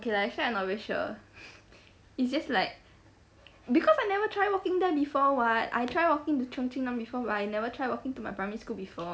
k lah actually I'm not very sure it's just like because I never try walking there before [what] I try walking to cheong chin nam before but I never try walking to my primary school before